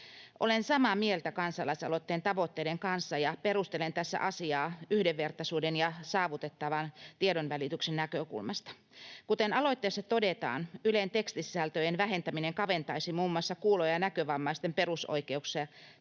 Olen samaa mieltä kansalaisaloitteen tavoitteiden kanssa, ja perustelen tässä asiaa yhdenvertaisuuden ja saavutettavan tiedonvälityksen näkökulmasta. Kuten aloitteessa todetaan, Ylen tekstisisältöjen vähentäminen kaventaisi muun muassa kuulo- ja näkövammaisten perusoikeuksia